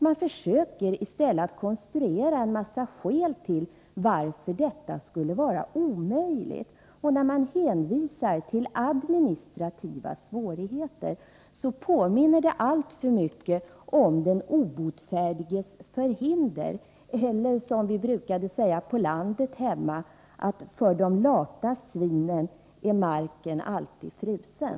Man försöker i stället att konstruera en rad skäl till att det skulle vara omöjligt att bifalla förslaget. Hänvisningen till administrativa svårigheter påminner alltför mycket om den obotfärdiges förhinder. Det kan också uttryckas så som vi brukade säga hemma på landet: För de lata svinen är marken alltid frusen.